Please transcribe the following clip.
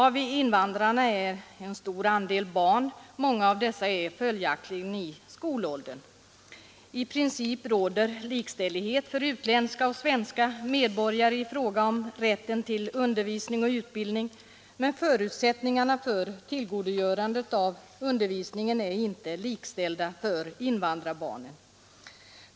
Av invandrarna är en stor andel barn, och många av dessa är i skolåldern. I princip råder likställighet för utländska och svenska medborgare i fråga om rätten till undervisning och utbildning. Men när det gäller förutsättningarna för tillgodogörandet av undervisningen är inte invandrarbarnen likställda.